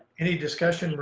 any discussion but